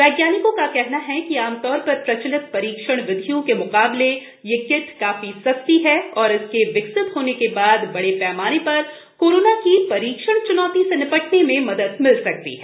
वैज्ञानिकों का कहना है कि आमतौर पर प्रचलित परीक्षण विधियों के मुकाबले यह किट काफी सस्ती है और इसके विकसित होने के बाद बड़े पैमाने पर कोरोना की परीक्षण च्नौती से निपटने में मदद मिल सकती है